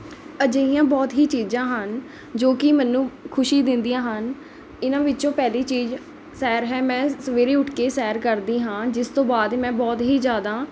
ਅਜਿਹੀਆਂ ਬਹੁਤ ਹੀ ਚੀਜ਼ਾਂ ਹਨ ਜੋ ਕਿ ਮੈਨੂੰ ਖੁਸ਼ੀ ਦਿੰਦੀਆਂ ਹਨ ਇਹਨਾਂ ਵਿੱਚੋਂ ਪਹਿਲੀ ਚੀਜ਼ ਸੈਰ ਹੈ ਮੈਂ ਸਵੇਰੇ ਉੱਠ ਕੇ ਸੈਰ ਕਰਦੀ ਹਾਂ ਜਿਸ ਤੋਂ ਬਾਅਦ ਮੈਂ ਬਹੁਤ ਹੀ ਜ਼ਿਆਦਾ